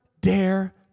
dare